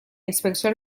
inspecció